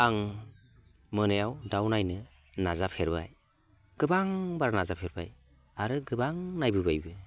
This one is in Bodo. आं मोनायाव दाउ नायनो नाजाफेरबाय गोबांबार नाजाफेरबाय आरो गोबां नायबोबायबो